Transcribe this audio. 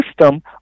system